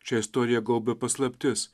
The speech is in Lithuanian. šią istoriją gaubia paslaptis